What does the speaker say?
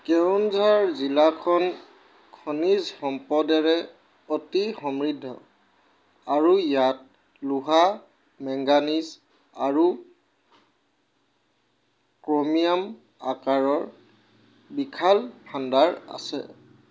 কেওনঝাৰ জিলাখন খনিজ সম্পদেৰে অতি সমৃদ্ধ আৰু ইয়াত লোহা মেংগানিজ আৰু ক্ৰ'মিয়াম আকৰৰ বিশাল ভাণ্ডাৰ আছে